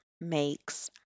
makes